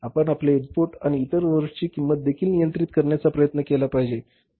आपण आपले इनपुट आणि इतर ओव्हरहेडची किंमत देखील नियंत्रित करण्याचा प्रयत्न केला पाहिजे